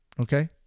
Okay